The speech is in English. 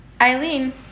Eileen